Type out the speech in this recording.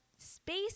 Space